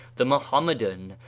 the mohammedan,